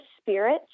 spirit